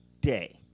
day